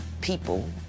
People